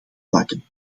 pakken